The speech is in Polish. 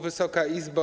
Wysoka Izbo!